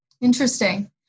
Interesting